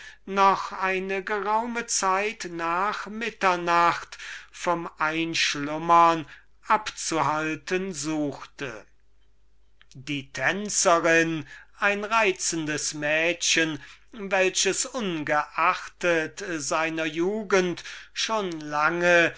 noch eine geraume zeit nach mitternacht vom einschlummern abzuhalten suchte die tänzerin ein schönes mädchen welches ungeachtet seiner jugend schon lange